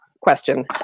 question